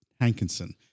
Hankinson